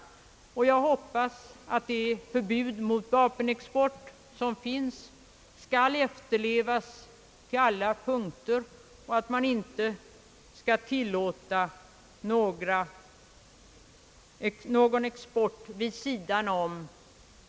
Jag hoppas att det förbud mot vapenexport som finns skall efterlevas till alla delar och att någon export vid sidan om inte skall tillåtas.